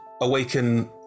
awaken